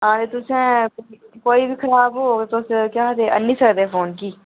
हां ते तुसें कोई बी खराब होग तुस केह् आखदे आह्नी सकदे फोन गी